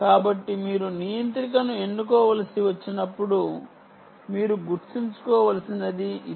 కాబట్టి మీరు నియంత్రికను ఎన్నుకోవలసి వచ్చినప్పుడు మీరు గుర్తుంచుకోవలసినది ఇదే